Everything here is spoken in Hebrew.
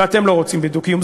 ואתם לא רוצים בדו-קיום.